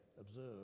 observe